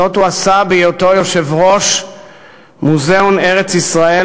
זאת הוא עשה בהיותו יושב-ראש מוזיאון ארץ-ישראל,